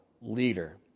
leader